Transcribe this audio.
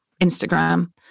Instagram